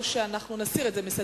או שנסיר את זה מסדר-היום,